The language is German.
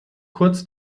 kurz